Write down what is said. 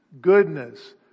goodness